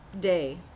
day